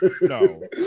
No